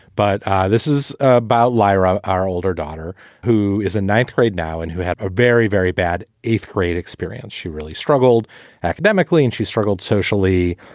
but this is about lyra. our older daughter, who is in ninth grade now and who had a very, very bad eighth grade experience. she really struggled academically and she struggled socially.